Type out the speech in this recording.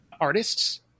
artists